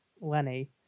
Lenny